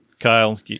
Kyle